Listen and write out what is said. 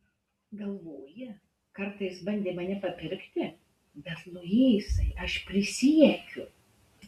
galvoji kartą jis bandė mane papirkti bet luisai aš prisiekiu